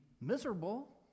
miserable